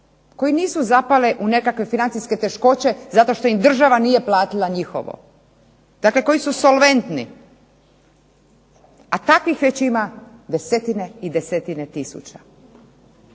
koji nisu zapale u nekakve financijske teškoće zato što im država nije platila njihovo, dakle koji su solventni, a takvih već ima desetine i desetine tisuća.